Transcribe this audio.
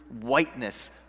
whiteness